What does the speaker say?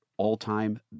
all-time